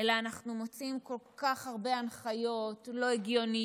אלא אנחנו מוציאים כל כך הרבה הנחיות לא הגיוניות,